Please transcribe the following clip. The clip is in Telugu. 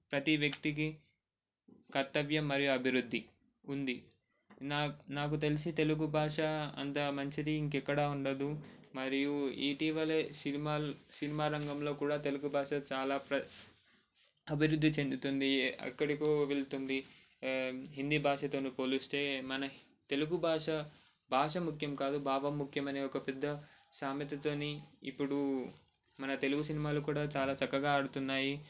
ప్రతీ వ్యక్తికి కర్తవ్యం మరియు అబివృద్ధి ఉంది నాకు నాకు తెల్సి తెలుగు బాష అంత మంచిది ఇంకెక్కడా ఉండదు మరియు ఇటీవలే సినిమా సినిమా రంగంలో కూడా తెలుగు భాష చాలా ప్ర అభివృద్ధి చెందుతుంది ఎక్కడికో వెళ్తుంది హిందీ భాషతో పోలిస్తే మన తెలుగు భాష భాష ముఖ్యం కాదు భావం ముఖ్యం అనే ఒక పెద్ద సామెతతోని ఇప్పుడు మన తెలుగు సినిమాలు కూడా చాలా చక్కగా ఆడుతున్నాయి